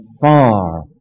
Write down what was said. far